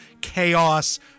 chaos